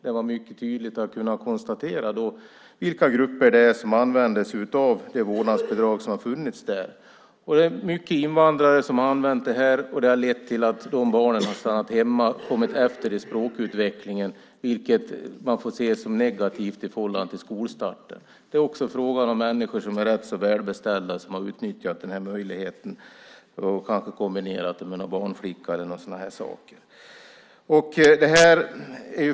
Man har mycket tydligt kunnat konstatera vilka grupper det är som använder sig av det vårdnadsbidrag som har funnits där. Det är många invandrare som har använt det. Det har lett till att de barnen har stannat hemma och kommit efter i språkutvecklingen, vilket man får se som negativt i förhållande till skolstarten. Det är också fråga om föräldrar som är rätt så välbeställda som har utnyttjat möjligheten och kanske kombinerat det med någon barnflicka och sådana saker.